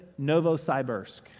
Novosibirsk